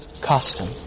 custom